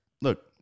Look